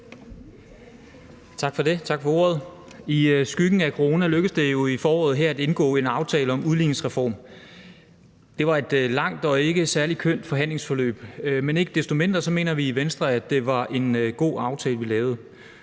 tak for ordet. I skyggen af corona lykkedes det jo her i foråret at indgå en aftale om en udligningsreform. Det var et langt og ikke særlig kønt forhandlingsforløb, men ikke desto mindre mener vi i Venstre, at det var en god aftale, vi lavede.